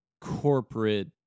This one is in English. corporate